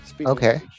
Okay